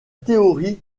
théorie